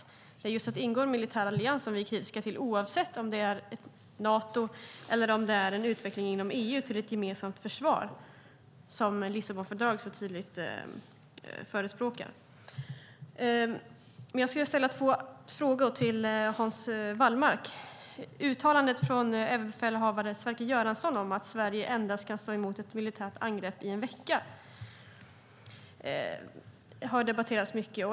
Det är just detta att ingå i en militär allians som vi är kritiska till oavsett om det gäller Nato eller en utveckling inom EU till ett gemensamt försvar, som Lissabonfördraget så tydligt förespråkar. Jag skulle vilja ställa några frågor till Hans Wallmark. Uttalandet från överbefälhavare Sverker Göransson om att Sverige endast kan stå emot ett militärt angrepp i en vecka har debatterats mycket.